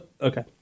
Okay